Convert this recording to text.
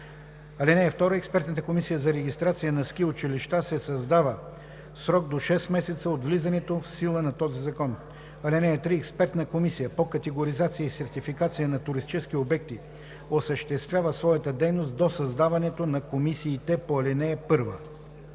закон. (2) Експертната комисия за регистрация на ски училища се създава в срок до 6 месеца от влизането в сила на този закон. (3) Експертна комисия по категоризация и сертификация на туристически обекти осъществява своята дейност до създаването на комисиите по ал. 1.“